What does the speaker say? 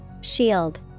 Shield